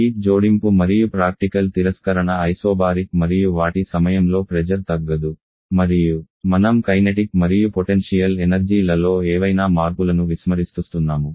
heat జోడింపు మరియు practical తిరస్కరణ ఐసోబారిక్ మరియు వాటి సమయంలో ప్రెజర్ తగ్గదు మరియు మనం కైనెటిక్ మరియు పొటెన్షియల్ ఎనర్జీ లలో ఏవైనా మార్పులను విస్మరిస్తుస్తున్నాము